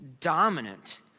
dominant